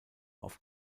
auf